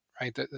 right